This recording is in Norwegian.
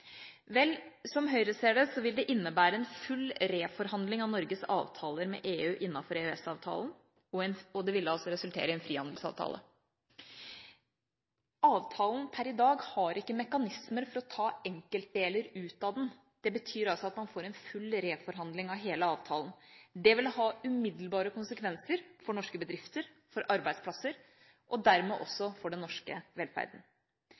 Vel, som Høyre ser det, vil det innebære en full reforhandling av Norges avtaler med EU innenfor EØS-avtalen, og det ville resultere i en frihandelsavtale. Avtalen per i dag har ikke mekanismer for å ta enkeltdeler ut av den. Det betyr altså at man får en full reforhandling av hele avtalen. Det vil ha umiddelbare konsekvenser for norske bedrifter, for arbeidsplasser og dermed også for den norske velferden.